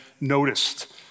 noticed